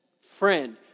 friend